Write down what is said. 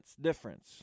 difference